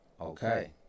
Okay